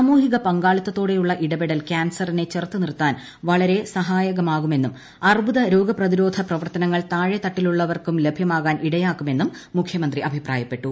സാമൂഹിക പങ്കാളിത്തത്തോടെയുള്ള ഇടപെടൽ കാൻസറിനെ ചെറുത്തുനിർത്താൻ വളരെ സഹായകമാകുമെന്നും അർബുദ രോഗപ്രതിരോധ പ്രവർത്തനങ്ങൾ താഴെത്തട്ടിലുള്ളവർക്കും ലഭ്യമാകാൻ ഇടയാകുമെന്നും മുഖ്യമന്ത്രി അഭിപ്രായപ്പെട്ടു